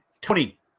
Tony